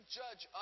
judge